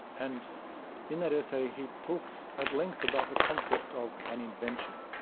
and in that essay he talks at length about the concept of an invention.